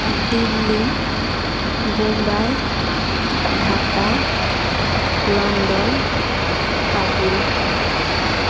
Delhi Bombay Dhaka London Kabul